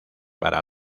para